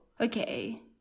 okay